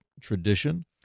tradition